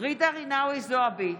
ג'ידא רינאוי זועבי,